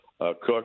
cook